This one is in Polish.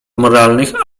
moralnych